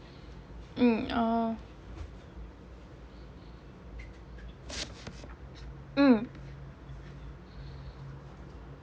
mm oh mm